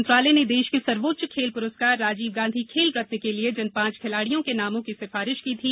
खेल मंत्रालय ने देष के सर्वोच्च खेल पुरस्कार राजीव गांी खेल रत्न के लिए जिन पांच खिलाड़ियों के नाम की सिफारिष की थी